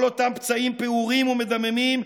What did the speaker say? כל אותם פצעים פעורים ומדממים,